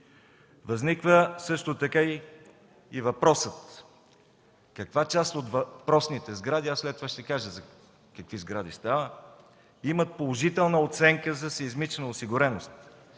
Възниква също така и въпросът: каква част от въпросните сгради – след това ще кажа за какви сгради става въпрос, имат положителна оценка за сеизмична осигуреност?